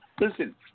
Listen